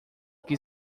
que